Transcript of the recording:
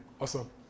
awesome